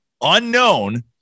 unknown